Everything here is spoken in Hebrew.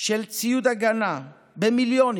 ושל ציוד הגנה במיליונים.